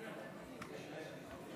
היו"ר, אני חושב שחמש דקות זה הזמן של הסיעה.